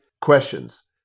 questions